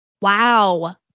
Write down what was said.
Wow